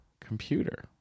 computer